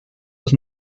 los